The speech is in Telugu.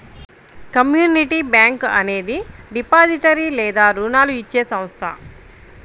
కమ్యూనిటీ బ్యాంక్ అనేది డిపాజిటరీ లేదా రుణాలు ఇచ్చే సంస్థ